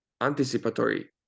anticipatory